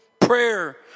prayer